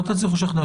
לא תצליחו לשכנע.